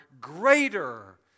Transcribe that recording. greater